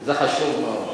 זה חשוב מאוד.